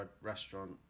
restaurant